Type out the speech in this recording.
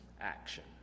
action